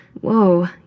Whoa